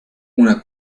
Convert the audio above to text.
una